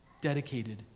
dedicated